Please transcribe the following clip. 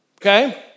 Okay